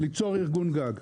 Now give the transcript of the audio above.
ליצור ארגון גג.